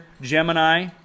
Gemini